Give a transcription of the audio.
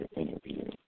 interview